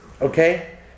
Okay